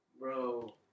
bro